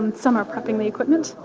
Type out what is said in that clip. and some are prepping the equipment.